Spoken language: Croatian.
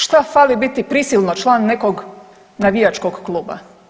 Šta fali biti prisilno član nekog navijačkog kluba?